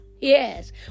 Yes